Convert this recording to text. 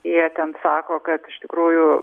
jie ten sako kad iš tikrųjų